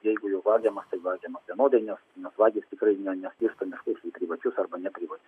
jeigu jau vagiama tai vagiama vienodai nes nes vagis tikrai ne neskirsto miškų į privačius ar neprivačius